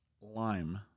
lime